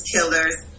Killers